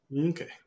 Okay